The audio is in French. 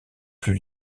plus